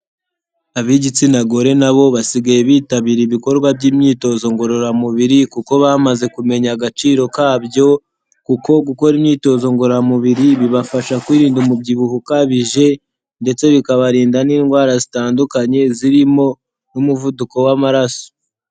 Ab'igitsina gore nabo basigaye bitabira ibikorwa by'imyitozo ngororamubiri kuko bamaze kumenya agaciro kabyo, kuko gukora imyitozo ngororamubiri bibafasha kwirinda umubyibuho ukabije, ndetse bikabarinda n'indwara zitandukanye zirimo n'umuvuduko w'amaraso.